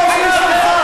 או שהיא שלך.